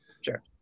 sure